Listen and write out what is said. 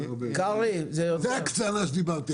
זאת ההקצנה שדיברתי עליה.